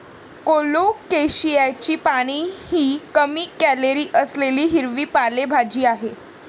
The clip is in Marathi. कोलोकेशियाची पाने ही कमी कॅलरी असलेली हिरवी पालेभाजी आहे